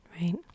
right